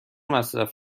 مصرف